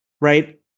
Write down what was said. Right